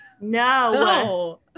No